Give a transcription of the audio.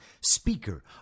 Speaker